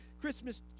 Christmas